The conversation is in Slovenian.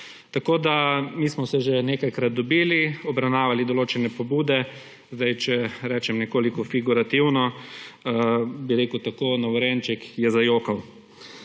kodeksu. Mi smo se že nekajkrat dobili, obravnavali določene pobude. Če rečem nekoliko figurativno, bi rekel tako: novorojenček je zajokal.